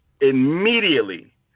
Immediately